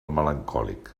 melancòlic